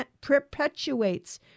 perpetuates